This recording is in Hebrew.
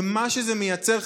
ומה שזה מייצר,